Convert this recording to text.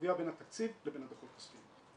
ערבוביה בין התקציב לבין הדוחות כספיים.